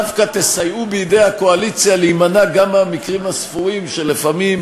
דווקא תסייעו בידי הקואליציה להימנע גם מהמקרים הספורים שלפעמים